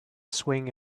swing